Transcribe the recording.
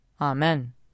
Amen